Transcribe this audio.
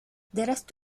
درست